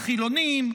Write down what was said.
החילונים,